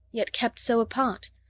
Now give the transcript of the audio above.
yet kept so apart!